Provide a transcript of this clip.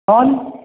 bulb